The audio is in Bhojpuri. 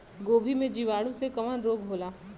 गोभी में जीवाणु से कवन रोग होला?